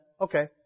okay